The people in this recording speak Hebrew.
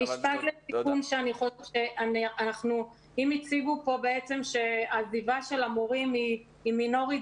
אם הציגו פה שעזיבה של המורים היא מינורית,